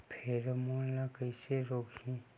Pheromone ला कइसे रोकही?